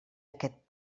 aquest